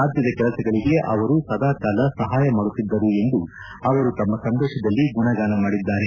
ರಾಜ್ಯದ ಕೆಲಸಗಳಿಗೆ ಅವರು ಸದಾಕಾಲ ಸಹಾಯ ಮಾಡುತ್ತಿದ್ದರು ಎಂದು ಅವರು ತಮ್ಮ ಸಂದೇಶದಲ್ಲಿ ಗುಣಗಾನ ಮಾಡಿದ್ದಾರೆ